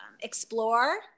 explore